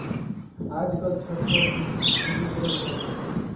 आजकल छत पर भी खेती करल जाला